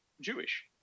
Jewish